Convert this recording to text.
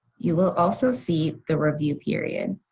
you will also see the review period.